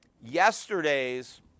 yesterday's